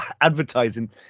advertising